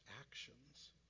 actions